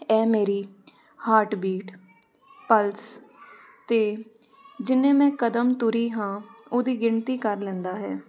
ਇਹ ਮੇਰੀ heartbeat pulse ਅਤੇ ਜਿੰਨੇ ਮੈਂ ਕਦਮ ਤੁਰੀ ਹਾਂ ਉਹਦੀ ਗਿਣਤੀ ਕਰ ਲੈਂਦਾ ਹੈ